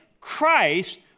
Christ